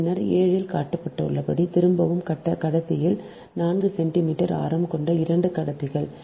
படம் 7 இல் காட்டப்பட்டுள்ளபடி திரும்பும் கடத்தியில் 4 சென்டிமீட்டர் ஆரம் கொண்ட 2 கடத்திகள்